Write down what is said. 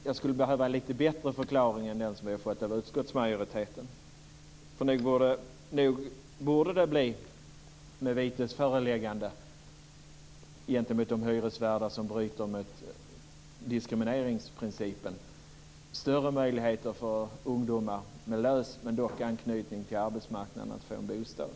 Jag skulle behöva en lite bättre förklaring än den som vi fått av utskottsmajoriteten. Nu borde det, med vitesföreläggande gentemot de hyresvärdar som bryter mot diskrimineringsprincipen, bli större möjligheter för ungdomar med en lös men dock en anknytning till arbetsmarknaden att få en bostad.